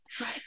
right